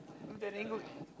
do the